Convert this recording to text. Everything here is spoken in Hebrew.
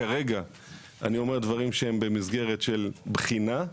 כרגע אני אומר דברים שהם במסגרת של בחינה,